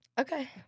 Okay